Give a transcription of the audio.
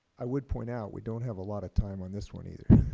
i would point out we don't have a lot of time on this one, either.